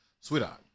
Sweetheart